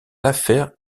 affaires